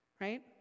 Right